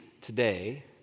today